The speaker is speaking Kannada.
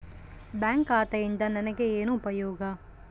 ಬ್ಯಾಂಕ್ ಖಾತೆಯಿಂದ ನನಗೆ ಏನು ಉಪಯೋಗ?